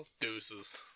Deuces